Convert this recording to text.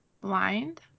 Blind